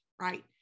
right